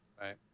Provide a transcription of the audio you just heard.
Right